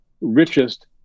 richest